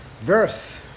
verse